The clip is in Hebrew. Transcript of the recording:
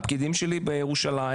הפקידים שלי בירושלים,